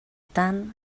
tant